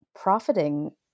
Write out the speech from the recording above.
profiting